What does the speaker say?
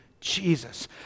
Jesus